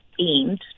aimed